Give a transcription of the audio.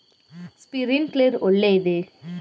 Sprinkler ಒಳ್ಳೇದೇ?